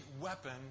weapon